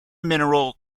mineral